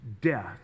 death